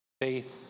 Faith